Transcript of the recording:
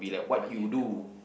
the what you do